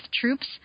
troops